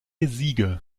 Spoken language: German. siege